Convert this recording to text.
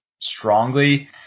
strongly